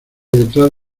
detrás